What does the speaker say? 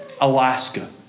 Alaska